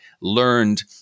learned